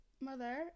mother